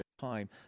time